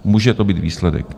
Může to být výsledek.